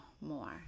more